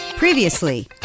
Previously